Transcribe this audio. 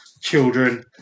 children